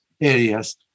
areas